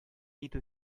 итү